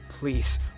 Please